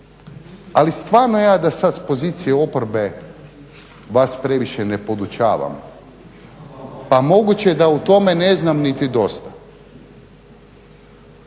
Ali stvarno ja da sada sa pozicije oporbe vas previše ne podučavam pa moguće je da o tome ne znam niti dosta,